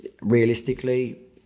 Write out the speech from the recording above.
realistically